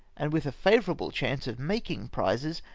and with a favour able chance of making prizes,